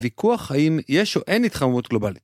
ויכוח האם יש או אין התחממות גלובלית.